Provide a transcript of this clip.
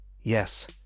Yes